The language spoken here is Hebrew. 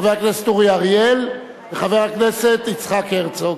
חבר הכנסת אורי אריאל וחבר הכנסת יצחק הרצוג.